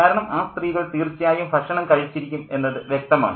കാരണം ആ സ്ത്രീകൾ തീർച്ചയായും ഭക്ഷണം കഴിച്ചിരിക്കും എന്നത് വ്യക്തമാണ്